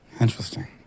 Interesting